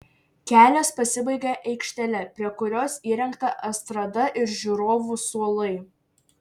kelias pasibaigia aikštele prie kurios įrengta estrada ir žiūrovų suolai